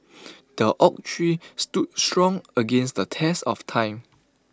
the oak tree stood strong against the test of time